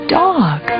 dog